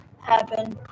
happen